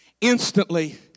instantly